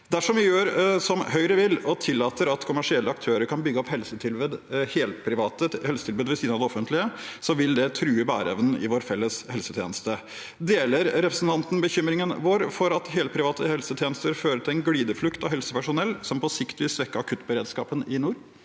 Dersom vi gjør som Høyre vil og tillater at kommersielle aktører kan bygge opp helprivate helsetilbud ved siden av det offentlige, vil det true bæreevnen i vår felles helsetjeneste. Deler representanten bekymringen vår om at helprivate helsetjenester fører til en glideflukt av helsepersonell, noe som på sikt vil svekke akuttberedskapen i nord?